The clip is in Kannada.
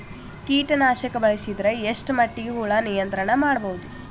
ಕೀಟನಾಶಕ ಬಳಸಿದರ ಎಷ್ಟ ಮಟ್ಟಿಗೆ ಹುಳ ನಿಯಂತ್ರಣ ಮಾಡಬಹುದು?